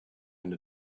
into